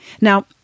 Now